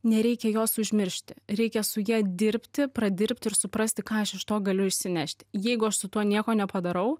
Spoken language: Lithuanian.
nereikia jos užmiršti reikia su ja dirbti pradirbti ir suprasti ką aš iš to galiu išsinešti jeigu aš su tuo nieko nepadarau